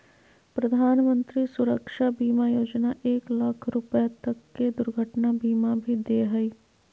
प्रधानमंत्री सुरक्षा बीमा योजना एक लाख रुपा तक के दुर्घटना बीमा भी दे हइ